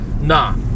Nah